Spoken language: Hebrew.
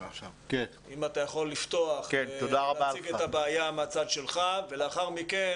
אם אתה יכול לפתוח ולהציג את הבעיה מהצד שלך ולאחר מכן